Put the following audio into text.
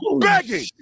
begging